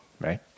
right